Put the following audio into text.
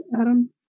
Adam